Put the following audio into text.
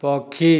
ପକ୍ଷୀ